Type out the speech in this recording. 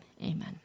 amen